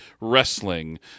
Wrestling